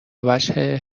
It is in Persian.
وجه